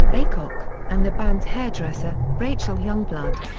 aycock, and the band's hairdresser, rachel youngblood.